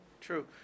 true